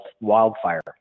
wildfire